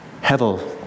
Hevel